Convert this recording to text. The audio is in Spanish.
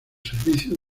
servicios